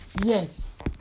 Yes